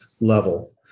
level